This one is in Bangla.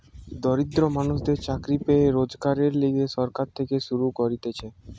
দরিদ্র মানুষদের চাকরি পেয়ে রোজগারের লিগে সরকার থেকে শুরু করতিছে